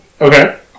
Okay